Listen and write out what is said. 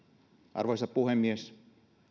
arvoisa puhemies